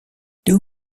two